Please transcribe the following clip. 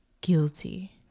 guilty